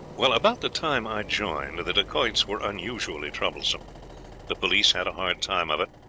well, about the time i joined, the dacoits were unusually troublesome the police had a hard time of it,